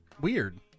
Weird